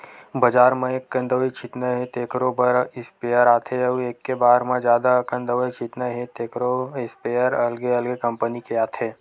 बजार म एककन दवई छितना हे तेखरो बर स्पेयर आथे अउ एके बार म जादा अकन दवई छितना हे तेखरो इस्पेयर अलगे अलगे कंपनी के आथे